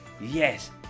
Yes